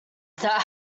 that